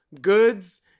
goods